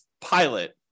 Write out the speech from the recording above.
pilot